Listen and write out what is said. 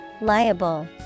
Liable